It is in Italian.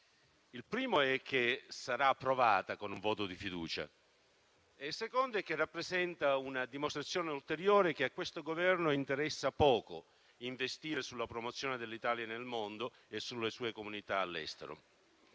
la prima è che sarà approvata con un voto di fiducia e la seconda è che rappresenta una dimostrazione ulteriore che a questo Governo interessa poco investire sulla promozione dell'Italia nel mondo e sulle sue comunità all'estero.